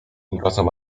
tymczasem